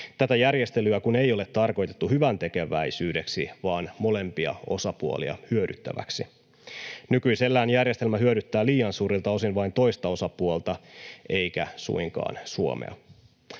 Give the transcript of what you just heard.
tätä järjestelyä kun ei ole tarkoitettu hyväntekeväisyydeksi, vaan molempia osapuolia hyödyttäväksi. Nykyisellään järjestelmä hyödyttää liian suurilta osin vain toista osapuolta eikä suinkaan Suomea.